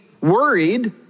worried